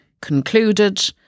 concluded